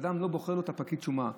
אדם לא בוחר את פקיד השומה,